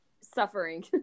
suffering